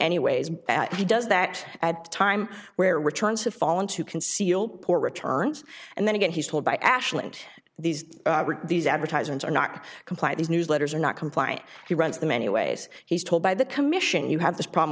anyways he does that at a time where returns have fallen to conceal poor returns and then again he's told by ashley these these advertisements are not comply these newsletters are not compliant he runs the many ways he's told by the commission you have this problem